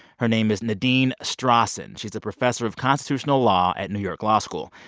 her name is nadine strossen. she's a professor of constitutional law at new york law school,